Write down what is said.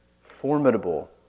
formidable